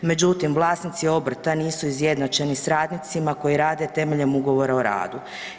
Međutim, vlasnici obrta nisu izjednačeni s radnicima koji rade temeljem Ugovora o radu.